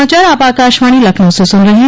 यह समाचार आप आकाशवाणी लखनऊ से सुन रहे हैं